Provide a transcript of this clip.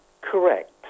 Correct